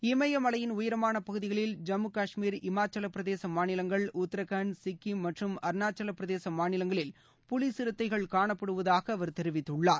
இம்பமலையின் உயரமான பகுதிகளில் ஜம்மு காஷ்மீர் இமாச்சல பிரதேச மாநிலங்கள் உத்தராகண்ட் சிக்கிம் மற்றும் அருணாச்சல பிரதேச மாநிலங்களில் புலி சிறுத்தைகள் காணப்படுவதாக அவர் தெரிவித்துள்ளார்